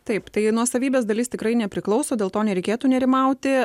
taip tai nuosavybės dalis tikrai nepriklauso dėl to nereikėtų nerimauti